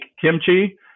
kimchi